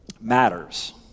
matters